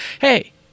Hey